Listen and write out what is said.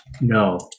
No